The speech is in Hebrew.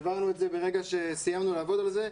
העברנו את זה ברגע שסיימנו לעבוד על זה.